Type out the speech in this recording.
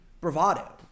bravado